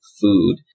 food